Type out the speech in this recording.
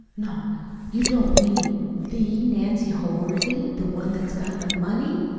not you don't mean the nancy holworthy the one that's got the money!